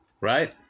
right